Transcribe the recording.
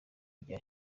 rya